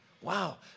wow